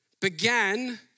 Began